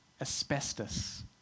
asbestos